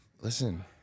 listen